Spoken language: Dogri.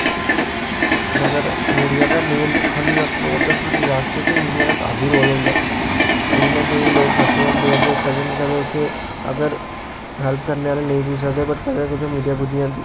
ते अगर मिडिया दा मेन अगर रोल दस्सां डिजास्टर च ते मिडिया दा काफी रोल होंदा ऐ केंही ना केंही लोक फसे दे होंदे कंदे ना कंदे उत्थै अगर हैल्प करने आहले लोक नेईं पुज्जी सकदे पर कदें कदें मिडिया पुजी जंदी